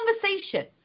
conversation